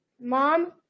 Mom